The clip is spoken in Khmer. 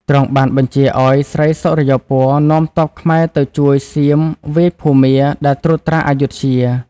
ទ្រង់បានបញ្ជាឱ្យស្រីសុរិយោពណ៌នាំទ័ពខ្មែរទៅជួយសៀមវាយភូមាដែលត្រួតត្រាអយុធ្យា។